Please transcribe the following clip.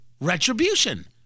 retribution